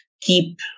keep